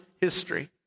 history